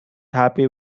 happy